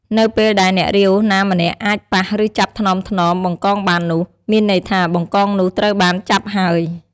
នៅពេលដែល អ្នករាវ ណាម្នាក់អាច ប៉ះ ឬចាប់ថ្នមៗ បង្កងបាននោះ មានន័យថា បង្កង នោះត្រូវបាន ចាប់ ហើយ។